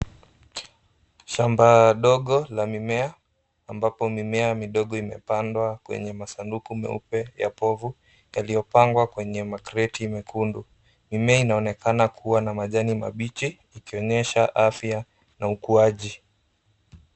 Shamba dogo la mimea ambapo mimea midogo imepandwa kwenye masanduku meupe ya povu yaliyopangwa kwenye makreti mekundu. Mimea inaonekana kuwa na majani mabichi ikionyesha afya na ukuaji.